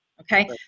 okay